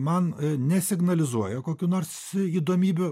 man ne signalizuoja kokių nors įdomybių